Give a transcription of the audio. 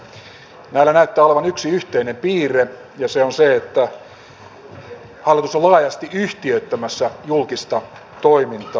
näillä näyttää olevan yksi yhteinen piirre ja se on se että hallitus on laajasti yhtiöittämässä julkista toimintaa